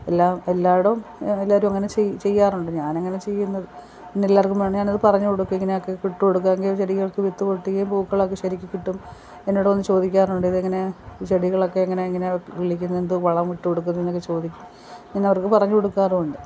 എല്ലാം എല്ലാടോം എല്ലാവരും എല്ലാവരുമങ്ങനെ ചെയ്യാറുണ്ട് ഞാനങ്ങനെ ചെയ്യുന്നത് പിന്നെല്ലാർക്കും വേണേൽ ഞാനത് പറഞ്ഞ് കൊടുക്കും ഇങ്ങനേക്കെ ഇട്ടു കൊടുക്കാണെങ്കിൽ ചെടികൾക്ക് വിത്ത് പൊട്ടുകേം പൂക്കളൊക്കെ ശരിക്ക് കിട്ടും എന്നോട് വന്ന് ചോദിക്കാറുണ്ട് ഇതെങ്ങനെ ചെടികളെക്കെയെങ്ങനെ ഇങ്ങനെ കിളിക്കുന്നത് എന്ത് വളം ഇട്ട് കൊടുക്കുന്നത് ചോദിക്കും ഞാനവർക്ക് പറഞ്ഞ് കൊടുക്കാറും ഉണ്ട്